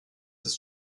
ist